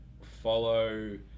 follow